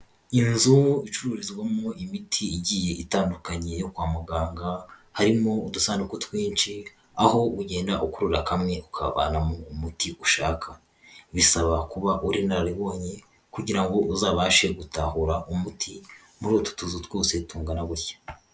Inzu icururizwamo imiti igiye itandukanye yo kwa muganga, harimo udusanduku twinshi, aho ugenda ukurura kamwe ukavana mu muti ushaka. Bisaba kuba uri inararibonye kugira ngo uzabashe gutahura umuti muri utu tuzu twose tungana gutya.